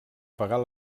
pagar